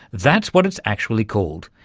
that's what it's actually called,